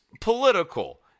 political